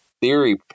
Theory